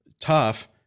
tough